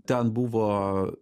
ten buvo